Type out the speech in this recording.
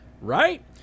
right